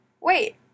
wait